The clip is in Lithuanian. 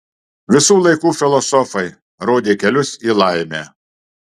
visų laikų filosofai rodė kelius į laimę